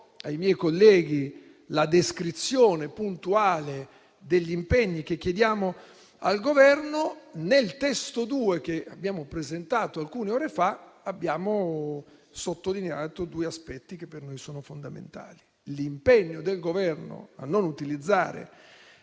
ai miei colleghi la descrizione puntuale degli impegni che chiediamo al Governo. Nel testo 2, che abbiamo presentato alcune ore fa, abbiamo sottolineato due aspetti per noi fondamentali. Il primo è l'impegno del Governo a non utilizzare